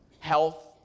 health